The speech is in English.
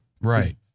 Right